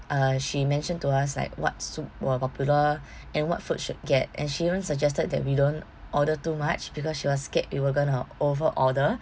uh she mentioned to us like what soup were popular and what food should get and she even suggested that we don't order too much because she was scared we were going to over order